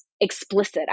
explicit